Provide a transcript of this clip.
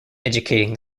educating